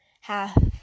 Half